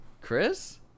Chris